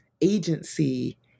agency